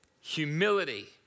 Humility